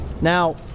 Now